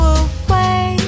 away